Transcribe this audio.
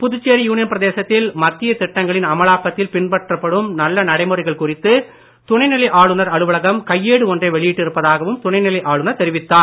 Puducherry union பிரதேசத்தில் மத்திய திட்டங்களின் அமலாக்கத்தில் பின்பற்றப்படும் நல்ல நடைமுறைகள் குறித்து துணைநிலை ஆளுநர் அலுவலகம் கையேடு ஒன்றை வெளியிட்டிருப்பதாகவும் துணைநிலை ஆளுநர் தெரிவித்தார்